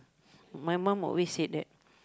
my mom always say that